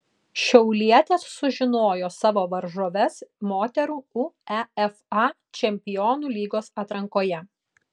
šiaulietės sužinojo savo varžoves moterų uefa čempionų lygos atrankoje